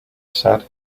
said